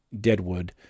Deadwood